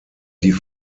die